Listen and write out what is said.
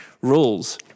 rules